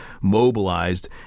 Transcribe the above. mobilized